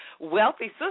Wealthy